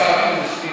השר אקוניס,